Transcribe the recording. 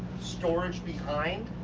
storage behind.